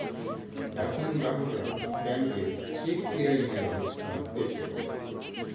এখন গ্রাহকরা ব্যাংকে চেক ক্লিয়ারিং এর অবস্থা দেখতে পারে